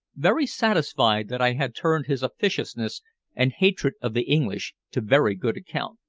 very satisfied that i had turned his officiousness and hatred of the english to very good account.